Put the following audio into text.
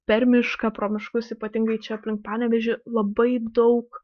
per mišką pro miškus ypatingai čia aplink panevėžį labai daug